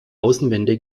außenwände